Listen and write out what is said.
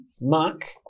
mark